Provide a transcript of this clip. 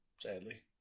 Sadly